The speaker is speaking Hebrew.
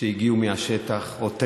שהגיעו מהשטח, אותנטי.